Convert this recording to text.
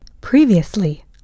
Previously